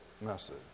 message